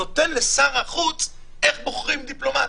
אומר לשר החוץ איך בוחרים דיפלומט.